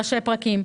בראשי פרקים.